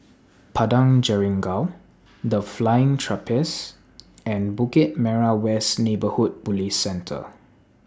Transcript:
Padang Jeringau The Flying Trapeze and Bukit Merah West Neighbourhood Police Centre